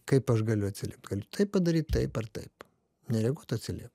kaip aš galiu atsiliept galiu taip padaryt taip ar taip nereaguot atsiliept